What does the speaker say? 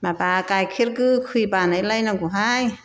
माबा गाइखेर गोखै बानायलायनांगौहाय